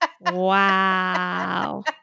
Wow